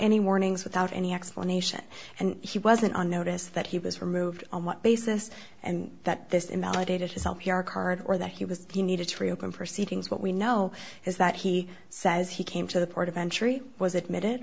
any warnings without any explanation and he wasn't on notice that he was removed on what basis and that this invalidated his help your card or that he was the you needed to reopen proceedings what we know is that he says he came to the port of entry was admitted